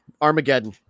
Armageddon